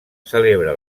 celebra